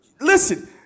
Listen